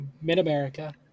mid-America